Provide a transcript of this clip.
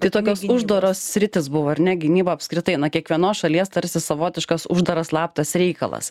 tai tokios uždaros sritys buvo ar ne gynyba apskritai na kiekvienos šalies tarsi savotiškas uždaras slaptas reikalas